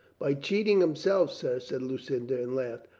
by cheating himself, sir, said lucinda and laughed.